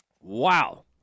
Wow